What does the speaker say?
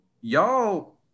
y'all